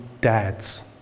dads